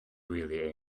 really